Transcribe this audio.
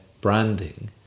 branding